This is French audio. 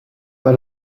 pas